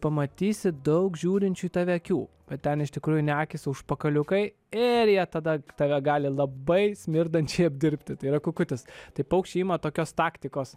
pamatysi daug žiūrinčių į tave akių bet ten iš tikrųjų ne akys o užpakaliukai ir jie tada tave gali labai smirdančiai apdirbti tai yra kukutis tai paukščiai ima tokios taktikos